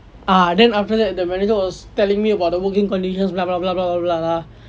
ah then after that the manager was telling me about the working conditions blah blah blah blah blah blah